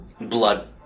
Blood